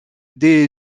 des